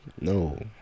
No